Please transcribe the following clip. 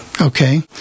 okay